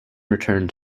returned